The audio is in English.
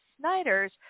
Snyders